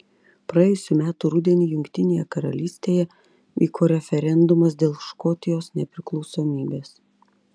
praėjusių metų rudenį jungtinėje karalystėje vyko referendumas dėl škotijos nepriklausomybės